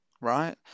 right